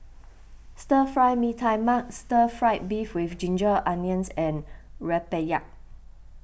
Stir Fry Mee Tai Mak Stir Fried Beef with Ginger Onions and Rempeyek